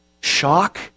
Shock